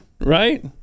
right